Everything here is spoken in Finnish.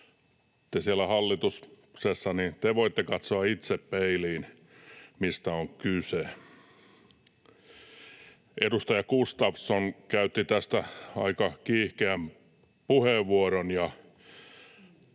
Te siellä hallituksessa voitte katsoa itse peiliin, mistä on kyse. Edustaja Gustafsson käytti tästä aika kiihkeän puheenvuoron